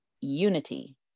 unity